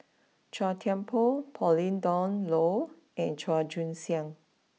Chua Thian Poh Pauline Dawn Loh and Chua Joon Siang